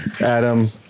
Adam